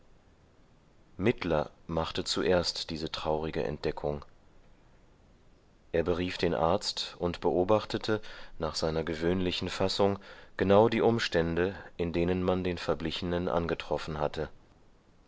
mittler machte zuerst diese traurige entdeckung er berief den arzt und beobachtete nach seiner gewöhnlichen fassung genau die umstände in denen man den verblichenen angetroffen hatte